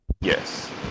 Yes